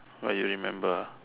!wah! you remember ah